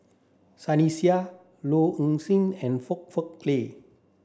Sunny Sia Low Ing Sing and Foong Fook Kay